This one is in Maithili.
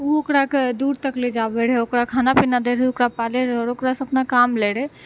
उ ओकराके दूर तक ले जाबै रहै ओकरा खाना पीना दै रहै ओकरा पालै रहै आओर ओकरासँ अपना काम लैत रहै